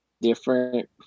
different